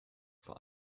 vor